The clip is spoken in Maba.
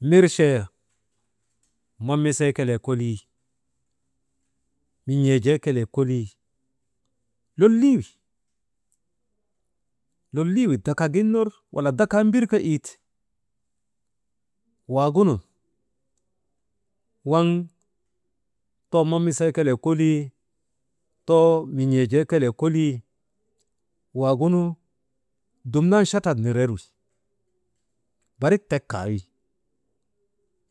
Mirchee manmisee kelee kolii, min̰eejee kelee kolii lolii wi, wujaa lolii wi dakak gin ner wala dakaa mbir kaa wiite, waagunun waŋ too mammisee kelee kolii, too min̰eejee kelee kolii, waagunu duman chatat nirer wi barik tek kaawi,